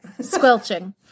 Squelching